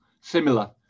similar